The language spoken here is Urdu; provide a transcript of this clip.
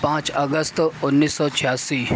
پانچ اگست انیس سو چھیاسی